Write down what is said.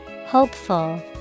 Hopeful